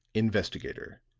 investigator,